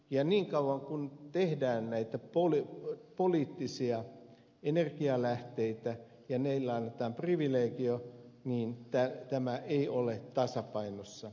ja niin kauan kuin tehdään näitä poliittisia energialähteitä ja niille annetaan privilegio niin tämä energiaverotuslinja mikä hallituksella on ei ole tasapainossa